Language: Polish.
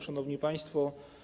Szanowni Państwo!